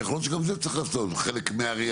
ויכול להיות שגם זה צריך להיעשות כחלק מהריענון,